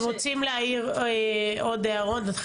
נשמע הערות נוספות.